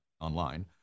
online